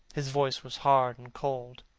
his voice was hard and cold.